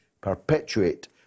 perpetuate